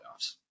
playoffs